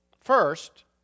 First